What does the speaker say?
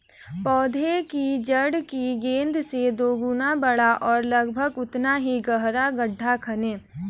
पौधे की जड़ की गेंद से दोगुना बड़ा और लगभग उतना ही गहरा गड्ढा खोदें